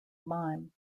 mime